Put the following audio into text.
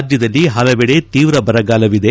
ರಾಜ್ಲದಲ್ಲಿ ಹಲವೆಡೆ ತೀವ್ರ ಬರಗಾಲವಿದೆ